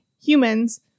humans